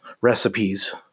recipes